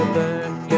back